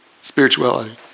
spirituality